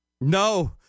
No